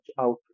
out